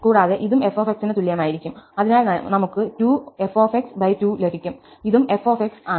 അതിനാൽ നമുക് 2 f2 ലഭിക്കും ഇതും f ആണ്